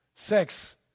Sex